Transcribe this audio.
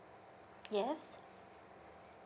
yes